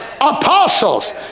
apostles